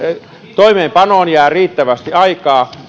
että toimeenpanoon jää riittävästi aikaa